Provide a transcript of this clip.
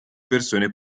persone